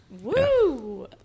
woo